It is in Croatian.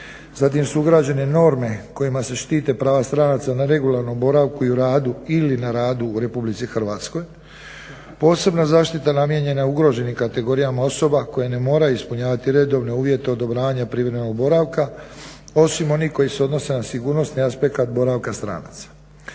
Zatim su ugrađene norme kojima se štite prava stranaca na regularnom boravku i u radu ili na radu u RH. Posebna zaštita namijenjena je ugroženim kategorijama osoba koje ne moraju ispunjavati redovne uvjete odobravanja privremenog boravka osim onih koji se odnose na sigurnosni aspekt boravka stranaca.